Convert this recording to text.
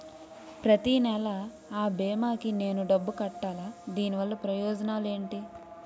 ప్రతినెల అ భీమా కి నేను డబ్బు కట్టాలా? దీనివల్ల ప్రయోజనాలు ఎంటి?